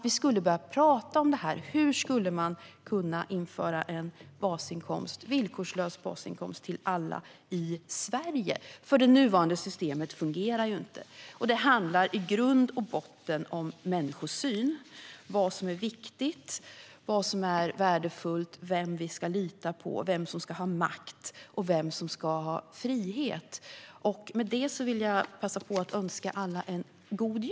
Vi behöver prata om hur en villkorslös basinkomst kan införas till alla i Sverige. Det nuvarande systemet fungerar inte. Det handlar i grund och botten om människosyn, om vad som är viktigt, vad som är värdefullt, vem vi ska lita på, vem som ska ha makt och vem som ska ha frihet. Med detta vill jag passa på och önska alla en god jul.